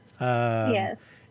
yes